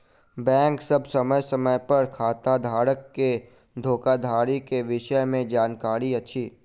bank सभ समय समय पर खाताधारक के धोखाधड़ी के विषय में जानकारी अछि